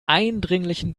eindringlichen